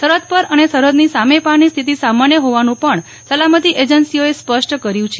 સરહદ પર અને સરહદની સામેપારની સ્થિતિ સામાન્ય હોવાનું પણ સલામતી એજન્સીઓએ સ્પષ્ટ કર્યું છે